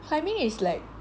climbing is like